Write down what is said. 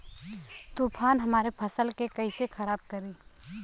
तूफान हमरे फसल के कइसे खराब करी?